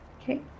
Okay